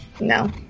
no